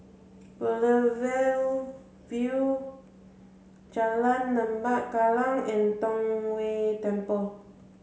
Boulevard Vue Jalan Lembah Kallang and Tong Whye Temple